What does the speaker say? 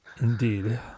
Indeed